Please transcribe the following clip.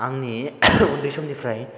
आंनि उन्दै समनिफ्राय